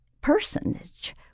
personage